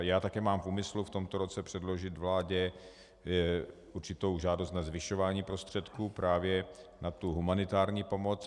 Já také mám v úmyslu v tomto roce předložit vládě určitou žádost na zvyšování prostředků právě na tu humanitární pomoc.